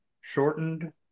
shortened